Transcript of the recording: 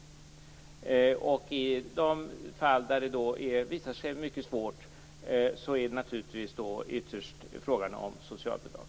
I de fall där det visar sig mycket svårt blir det naturligtvis ytterst fråga om socialbidrag.